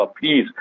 please